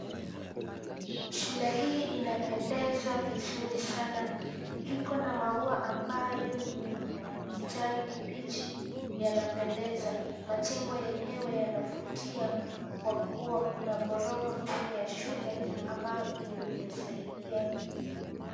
Shule hii inapendeza vizuri sana iko na maua ambayo ni kijani kibichi yanapendeza, majengo yenyewe yanavutia kwa kuwa kuna ghorofa mbele ya shule ambayo imesaidia.